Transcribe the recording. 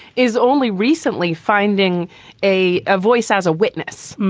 is only recently finding a a voice as a witness.